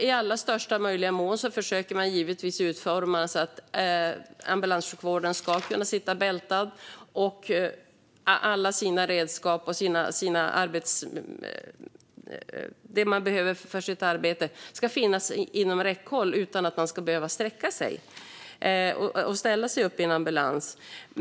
I största möjliga mån försöker man givetvis utforma den så att ambulanssjukvårdaren ska kunna sitta bältad, och alla redskap och det man behöver för sitt arbete ska finnas inom räckhåll utan att man ska behöva sträcka sig och ställa sig upp i en ambulans.